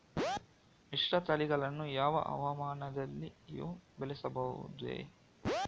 ಮಿಶ್ರತಳಿಗಳನ್ನು ಯಾವ ಹವಾಮಾನದಲ್ಲಿಯೂ ಬೆಳೆಸಬಹುದೇ?